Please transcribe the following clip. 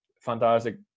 Fantastic